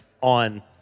on